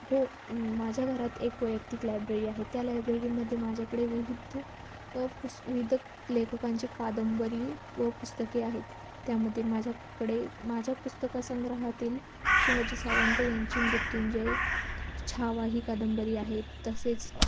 हो माझ्या घरात एक वैयक्तिक लायब्ररी आहे त्या लायब्ररीमध्ये माझ्याकडे विविध पुस् विविध लेखकांची कादंबरी व पुस्तके आहेत त्यामध्ये माझ्याकडे माझ्या पुस्तक संग्रहातील शिवाजी सावंत यांची मृत्युंजय छावा ही कादंबरी आहे तसेच